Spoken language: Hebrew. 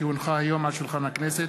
כי הונחו היום על שולחן הכנסת,